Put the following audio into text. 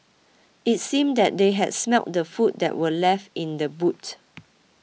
it seemed that they had smelt the food that were left in the boot